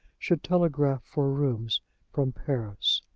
should telegraph for rooms from paris.